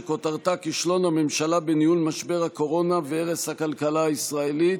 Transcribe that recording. שכותרתה: כישלון הממשלה בניהול משבר הקורונה והרס הכלכלה הישראלית.